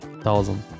Thousand